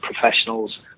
professionals